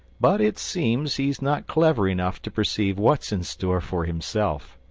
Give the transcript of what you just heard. but it seems he's not clever enough to perceive what's in store for himself.